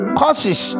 causes